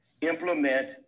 implement